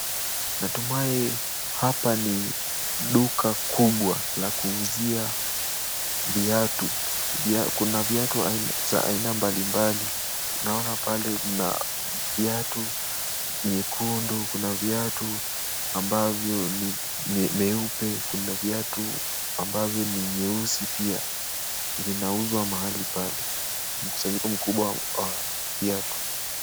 Natumai hapa ni duka kubwa la kuuzia viatu. Kuna viatu za aina mbalimbali. Naona pale mna viatu nyekundu kuna, viatu ambavyo ni vyeupe, kuna viatu ambavyo ni nyeusi pia. Vinauzwa mahali pale mkusanyiko mkubwa wa viatu.